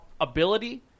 ability